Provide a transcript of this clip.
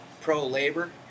pro-labor